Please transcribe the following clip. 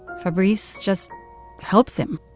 fabrice just helps him.